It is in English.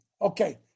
Okay